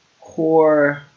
core